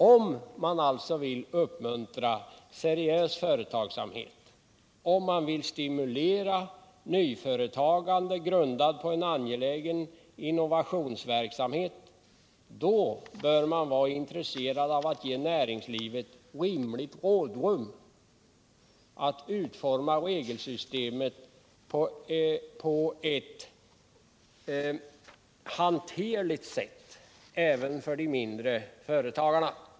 Om man alltså vill uppmuntra seriös företagsamhet och stimulera nyföretagande grundat på en angelägen innovationsverksamhet, bör man vara intresserad av att ge näringslivet rimligt rådrum, att utforma regelsystemet på ett hanterligt sätt även för de mindre företagarna.